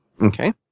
Okay